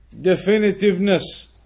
definitiveness